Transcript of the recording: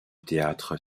théâtre